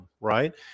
right